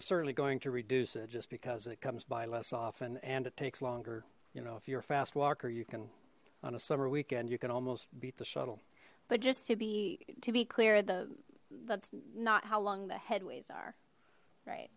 it's certainly going to reduce it just because it comes by less often and it takes longer you know if you're a fast walker you can on a summer weekend you can almost beat the shuttle but just to be to be clear the that's not how long the headways are right